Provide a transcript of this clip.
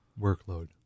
Workload